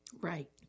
Right